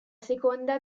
seconda